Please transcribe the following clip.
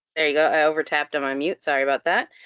there you go, i over-tapped on my mute. sorry about that.